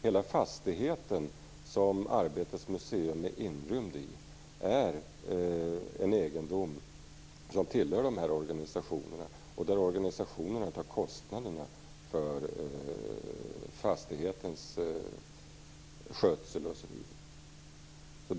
Hela den fastighet som Arbetets museum är inrymt i är en egendom som tillhör de här organisationerna, och de tar kostnaderna för fastighetens skötsel osv.